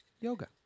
yoga